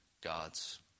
God's